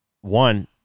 one